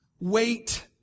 Wait